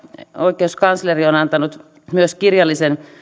oikeuskansleri on antanut myös kirjallisen